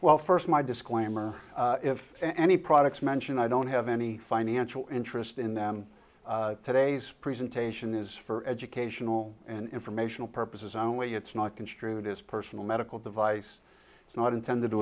well first my disclaimer if any products mentioned i don't have any financial interest in them today's presentation is for educational and informational purposes only it's not construed as personal medical device it's not intended to